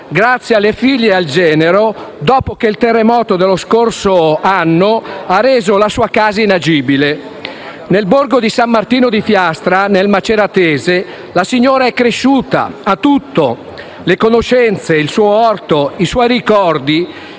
grazie alle figlie e al genero, dopo che il terremoto dello scorso anno ha reso la sua casa inagibile. Nel borgo di San Martino nel Comune di Fiastra, nel Maceratese, la signora è cresciuta ed ha tutto: le conoscenze, il suo orto, i suoi ricordi.